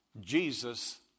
Jesus